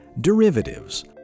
derivatives